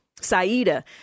Saida